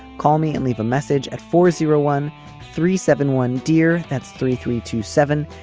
call me and leave a message at four zero one three seven one, dear. that's three three two seven.